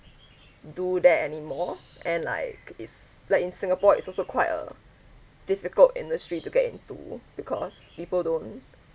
do that anymore and like it's like in singapore it's also quite a difficult industry to get into because people don't